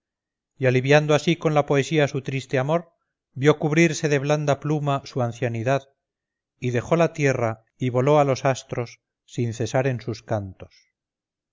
y aliviando así con la poesía su triste amor vio cubrirse se blanda pluma su ancianidad y dejó la tierra y voló a los astros sin césar en sus cantos